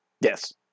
Yes